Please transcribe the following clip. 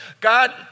God